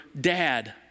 dad